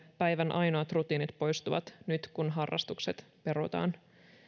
päivän ainoat rutiinit poistuvat nyt kun harrastukset perutaan